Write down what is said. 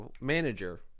manager